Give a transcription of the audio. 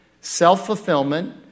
self-fulfillment